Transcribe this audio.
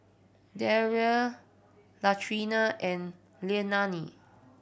Darrell Latrina and Leilani